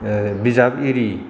बिजाब आरि